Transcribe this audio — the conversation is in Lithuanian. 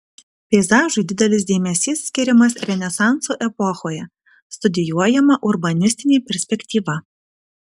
peizažui didelis dėmesys skiriamas renesanso epochoje studijuojama urbanistinė perspektyva